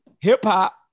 hip-hop